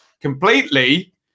completely